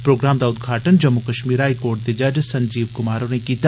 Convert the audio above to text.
programme दा उद्घाटन Jammu Kashmir high court दे जज संजीव क्मार होरें कीता